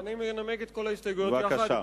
אני מנמק את כל ההסתייגויות יחד.